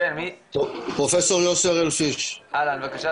אהלן, בבקשה.